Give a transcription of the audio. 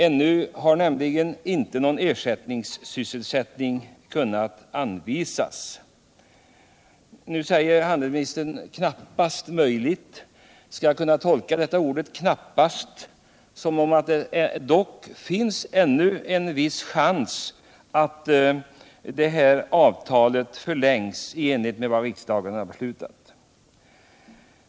Ännu har inte någon ersättningssysselsättning kunnat anvisas. Nu säger handelsministern att det knappast är möjligt. Skall jag tolka ordet ”knappast” som att det ännu finns en viss chans att avtalet förlängs i enlighet med vad riksdagen beslutat.